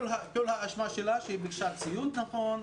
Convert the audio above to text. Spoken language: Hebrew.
כל האשמה שלה זה שהיא ביקשה ציוד נכון,